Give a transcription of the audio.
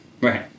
Right